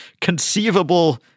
conceivable